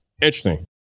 Interesting